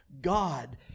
God